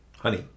honey